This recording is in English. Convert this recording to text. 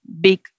big